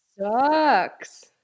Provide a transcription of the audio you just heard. sucks